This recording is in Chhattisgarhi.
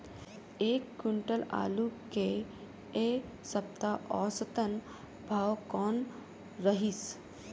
एक क्विंटल आलू के ऐ सप्ता औसतन भाव कौन रहिस?